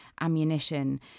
ammunition